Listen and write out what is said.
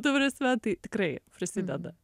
ta prasme tai tikrai prisideda